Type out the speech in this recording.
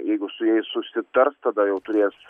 jeigu su jais susitars tada jau turės